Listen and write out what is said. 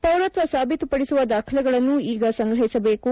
ಪೌರತ್ವ ಸಾಬೀತುಪದಿಸುವ ದಾಖಲೆಗಳನ್ನು ಈಗ ಸಂಗ್ರಹಿಸಬೇಕು